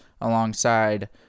alongside